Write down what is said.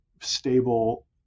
stable